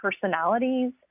personalities